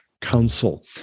Council